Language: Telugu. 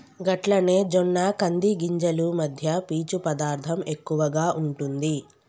గట్లనే జొన్న కంది గింజలు మధ్య పీచు పదార్థం ఎక్కువగా ఉంటుంది